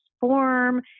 form